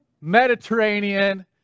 Mediterranean